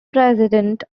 president